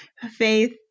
faith